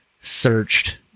searched